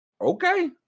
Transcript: Okay